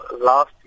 last